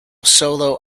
solo